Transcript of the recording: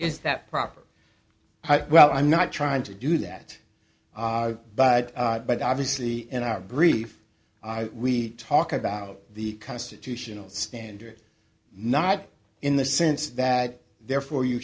is that proper i well i'm not trying to do that but but obviously in our brief we talk about the constitutional standard not in the sense that therefore you